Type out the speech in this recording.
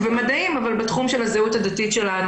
ומדעים אבל בתחום של הזהות הדתית שלנו,